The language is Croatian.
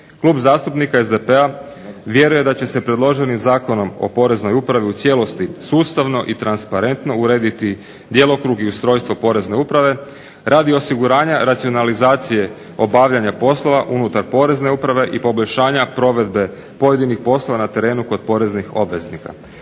Klub zastupnika SDP-a vjeruje da će se predloženim Zakonom o Poreznoj upravi u cijelosti sustavno i transparentno urediti djelokrug i ustrojstvo Porezne uprave radi osiguranja racionalizacije obavljanja poslova unutar Porezne uprave i poboljšanja provedbe pojedinih poslova na terenu kod poreznih obveznika.